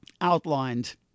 outlined